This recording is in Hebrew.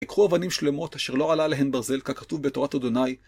יקחו אבנים שלמות אשר לא עלה עליהן ברזל, ככתוב בתורת ה'